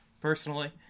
personally